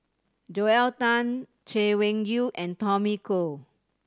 Joel Tan Chay Weng Yew and Tommy Koh